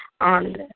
on